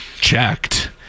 checked